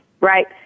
right